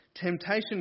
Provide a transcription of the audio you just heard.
Temptation